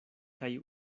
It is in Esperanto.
kaj